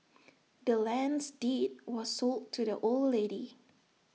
the land's deed was sold to the old lady